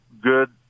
good